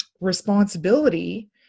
responsibility